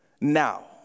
now